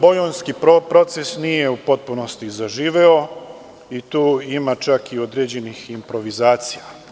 Bolonjski proces nije u potpunosti zaživeo i tu ima čak i određenih improvizacija.